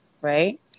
Right